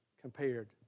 compared